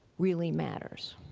really matters?